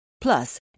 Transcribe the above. Plus